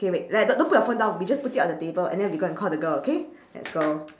K wait let don~ don't put your phone down we just put it on the table and then we'll go and call the girl okay let's go